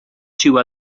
two